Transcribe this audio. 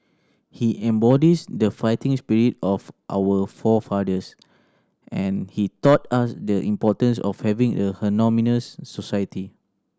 he embodies the fighting spirit of our forefathers and he taught us the importance of having a harmonious society